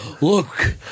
look